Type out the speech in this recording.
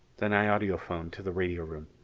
then i audiphoned to the radio room.